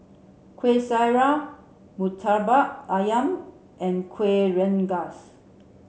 Kueh Syara Murtabak Ayam and Kueh Rengas